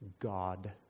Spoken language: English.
God